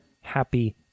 happy